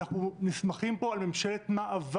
ואנחנו נסמכים פה על ממשלת מעבר